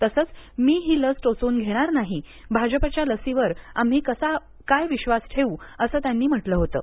तसंच मी ही लस टोचवून घेणार नाही भाजपाच्या लसीवर आम्ही कसा काय विश्वास ठेवू असं त्यांनी म्हटलं होतं